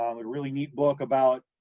um a really neat book about,